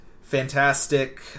Fantastic